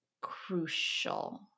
crucial